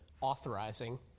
authorizing